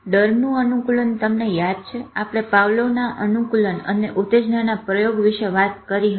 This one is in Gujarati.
ડરનું અનુકૂલન તમને યાદ છે આપણે પાવલોવના અનુકૂલન અને ઉતેજનાના પ્રયોગ વિશે વાત કરી હતી